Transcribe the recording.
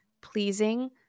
pleasing